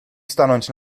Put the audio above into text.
stanąć